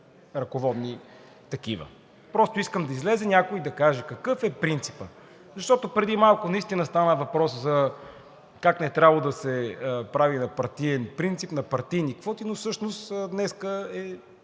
ръководни такива, просто искам да излезе някой и да каже какъв е принципът. Защото преди малко стана въпрос как не е трябвало да се прави на партиен принцип, на партийни квоти, но всъщност днес